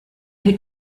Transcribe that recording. who